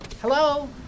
hello